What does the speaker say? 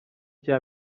cya